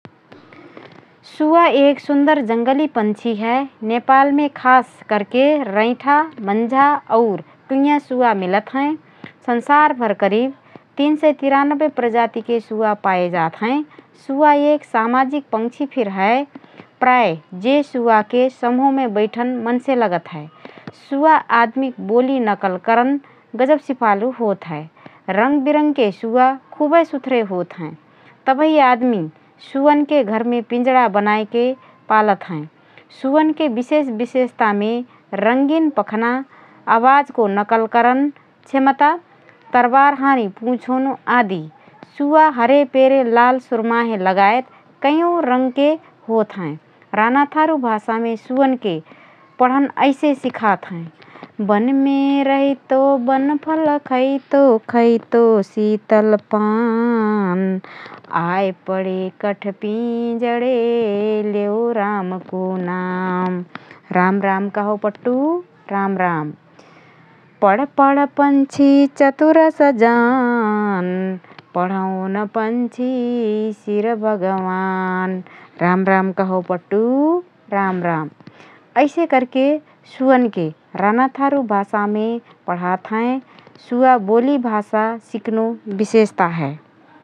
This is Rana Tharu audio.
सुवा एक सुन्दर जङ्गली पक्षी हए । नेपालमे खास करके रैठा, मंझा और टुइँया सुवा मिलत हएँ । संसारभर करिब ३९३ प्रजतिके सुवा पाएजात हएँ । सुवा एक सामाजिक पक्षी फिर हए । प्राय: जे सुवाके समूहमे बैठन मनसे लगत हए । सुवा आदमिक बोलि नकल करन गजब सिपालु होतहए । रङ्ग बिरंगके सुवा खुबए सुथरे होतहएँ । तबही आदमी सुवनके घरमे पिंजडा बनाएके पलात हएँ । सुवनके विशेष विशेषतामे रंगिन पखना, आवाजको नकल करन क्षमता, तरबार हानी पुँछ होनो आदि । सुवा हरे, पेरे, लाल, सुर्माहोँ लगायत कैयौं रङ्गके होतहएँ । रानाथारु भाषामे सुवनके पढ्न ऐसे सिखात हएँ: वनमे रहितो वनफल खैतो, खैतो सितल पान, आएपडे काठ पिजड़े लेव रामको नावँ, राम राम कहओ पट्टु । राम राम । पढ पढ पक्षी चतुरस जान पढौन पक्षी सिर भगमान, राम राम कहओ पट्टु । राम राम । ऐसे करके सुवनके रानाथारू भाषामे पढात हएँ । सुवा बोली भाषा सिकनो विशेषता हएँ ।